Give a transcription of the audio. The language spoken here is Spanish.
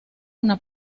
una